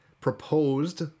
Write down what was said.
proposed